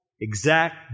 exact